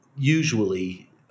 Usually